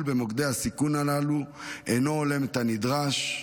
במוקדי הסיכון הללו אינו הולם את הנדרש,